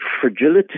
fragility